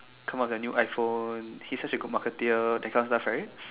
come out with a new iPhone his such a good marketeer that kind of stuff right